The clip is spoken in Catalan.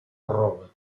roba